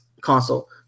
console